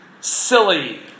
Silly